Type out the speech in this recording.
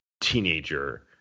teenager